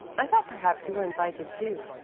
i thought perhaps you were invited too.